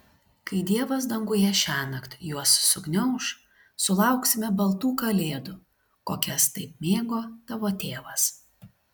kai dievas danguje šiąnakt juos sugniauš sulauksime baltų kalėdų kokias taip mėgo tavo tėvas